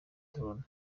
drone